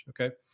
okay